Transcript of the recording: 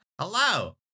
Hello